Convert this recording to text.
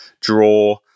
draw